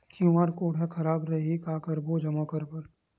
QR code हा खराब रही का करबो जमा बर?